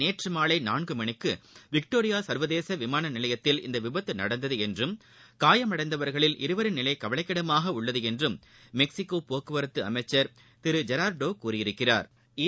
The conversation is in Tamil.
நேற்று மாலை நான்கு மணிக்கு விக்டோரியா சா்வதேச விமான நிலையத்தில் இந்த விபத்து நடந்தது என்றும் காயமடைந்தவர்களில் இருவரின் நிலை கவலைக்கிடமாக உள்ளது என்றும் மெக்ஸிகோ போக்குவரத்து அமைச்சா் திரு ஜெராா்டோ கூறியிருக்கிறாா்